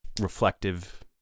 reflective